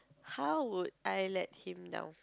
how would I let him down